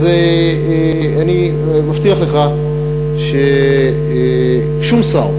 אז אני מבטיח לך ששום שר,